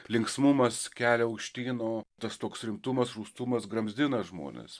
linksmumas kelia aukštyn o tas toks rimtumas rūstumas gramzdina žmones